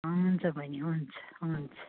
हुन्छ बहिनी हुन्छ हुन्छ